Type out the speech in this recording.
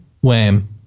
wham